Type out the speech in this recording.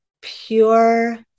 pure